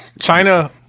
China